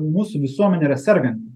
mūsų visuomenė yra serganti